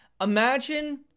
Imagine